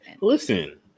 Listen